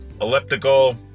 elliptical